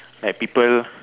like people